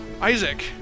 Isaac